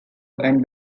and